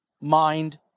mind